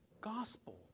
gospel